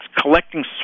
collecting